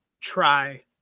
Try